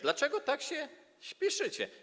Dlaczego tak się spieszycie?